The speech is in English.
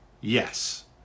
yes